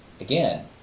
again